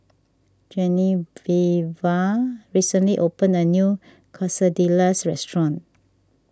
Genoveva recently opened a new Quesadillas restaurant